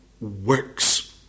works